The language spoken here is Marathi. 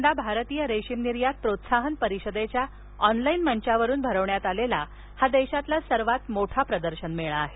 यंदा भारतीय रेशीम निर्यात प्रोत्साहन परिषदेच्या ऑनलाईन मंचावरून भरवण्यात आलेला हा देशातला सर्वात मोठा प्रदर्शन मेळा आहे